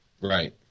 right